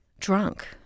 Drunk